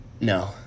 No